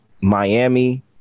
Miami